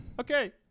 Okay